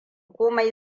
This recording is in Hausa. komai